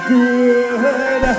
good